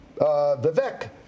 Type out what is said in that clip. Vivek